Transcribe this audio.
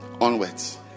onwards